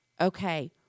okay